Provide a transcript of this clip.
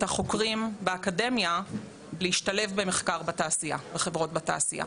החוקרים באקדמיה להשתלב במחקר בחברות בתעשייה